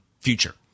future